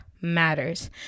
matters